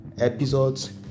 episodes